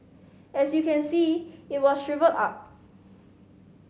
as you can see it was shrivelled up